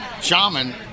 Shaman